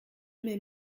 m’ai